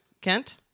Kent